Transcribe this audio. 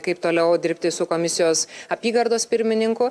kaip toliau dirbti su komisijos apygardos pirmininku